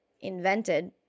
invented